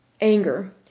anger